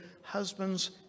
husband's